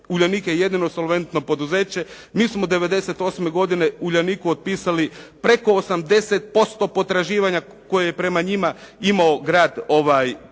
Uljanik je jedino solventno poduzeće. Mi smo 98. godine Uljaniku otpisali preko 80% potraživanja koje je prema njima imao grad Pula